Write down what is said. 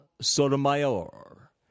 Sotomayor